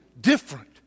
different